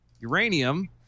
uranium